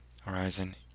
Horizon